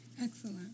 excellent